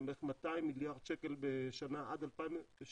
שהן בערך 200 מיליארד שקל בשנה עד 2064,